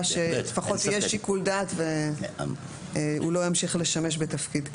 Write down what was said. שלפחות יהיה שיקול דעת והוא לא ימשיך לשמש בתפקיד כזה.